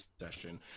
session